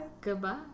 goodbye